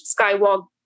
Skywalk